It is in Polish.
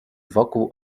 wokół